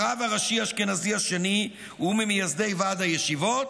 הרב הראשי האשכנזי השני וממייסדי ועד הישיבות,